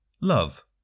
Love